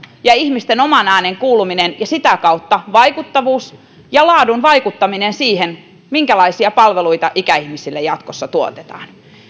ja ihmisten oman äänen kuuluminen ja sitä kautta vaikuttavuus ja laadun vaikuttaminen siihen minkälaisia palveluita ikäihmisille jatkossa tuotetaan